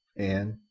and,